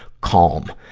calm.